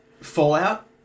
Fallout